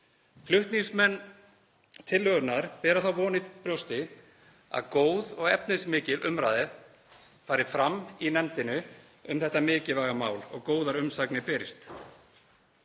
Flutningsmenn tillögunnar bera þá von í brjósti að góð og efnismikil umræða fari fram í nefndinni um þetta mikilvæga mál og góðar umsagnir berist.